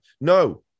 no